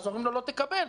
אומרים לו: לא תקבל,